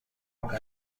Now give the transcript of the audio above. rock